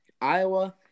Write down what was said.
Iowa